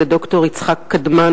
ד"ר יצחק קדמן,